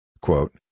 Quote